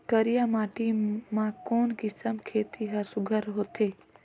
करिया माटी मा कोन किसम खेती हर सुघ्घर होथे?